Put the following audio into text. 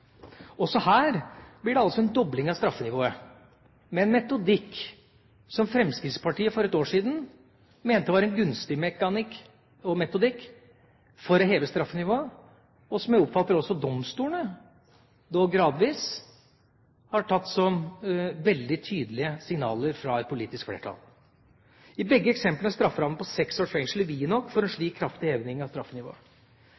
Også her blir det altså en dobling av straffenivået, med en metodikk som Fremskrittspartiet for et år siden mente var gunstig for å heve straffenivået, og som jeg oppfatter at også domstolene – dog gradvis – har tatt som veldig tydelige signaler fra et politisk flertall. I begge eksemplene er strafferammen på seks års fengsel vid nok for slike kraftige hevinger av straffenivået. Jeg er tilfreds med at en